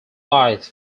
lies